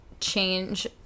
change